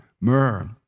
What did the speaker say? myrrh